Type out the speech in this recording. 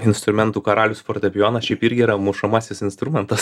instrumentų karalius fortepijonas šiaip irgi yra mušamasis instrumentas